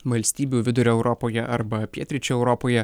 valstybių vidurio europoje arba pietryčių europoje